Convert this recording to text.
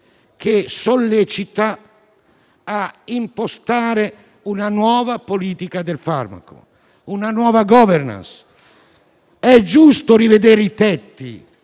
che sollecita a impostare una nuova politica del farmaco, una nuova *governance*. È giusto rivedere i tetti,